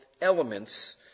elements